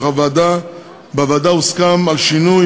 אך בוועדה הוסכם על שינוי,